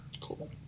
cool